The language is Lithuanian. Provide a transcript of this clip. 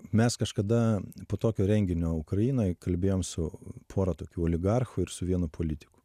mes kažkada po tokio renginio ukrainoj kalbėjom su pora tokių oligarchų ir su vienu politiku